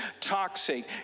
toxic